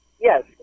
yes